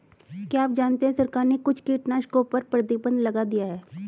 क्या आप जानते है सरकार ने कुछ कीटनाशकों पर प्रतिबंध लगा दिया है?